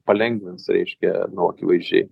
palengvins reiškia nu akivaizdžiai